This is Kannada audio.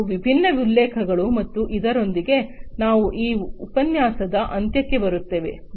ಇವು ವಿಭಿನ್ನ ಉಲ್ಲೇಖಗಳು ಮತ್ತು ಇದರೊಂದಿಗೆ ನಾವು ಈ ಉಪನ್ಯಾಸದ ಅಂತ್ಯಕ್ಕೆ ಬರುತ್ತೇವೆ